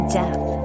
death